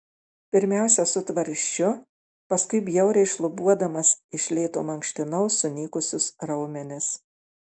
pirmiausia su tvarsčiu paskui bjauriai šlubuodamas iš lėto mankštinau sunykusius raumenis